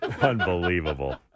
Unbelievable